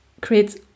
creates